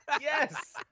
Yes